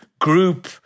group